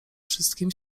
wszystkim